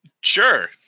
Sure